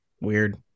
weird